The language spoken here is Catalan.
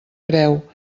creu